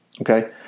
okay